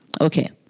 Okay